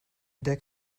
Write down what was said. der